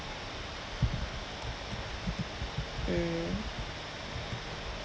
mm